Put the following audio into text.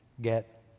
get